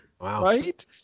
Right